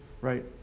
right